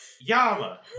Yama